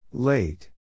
Late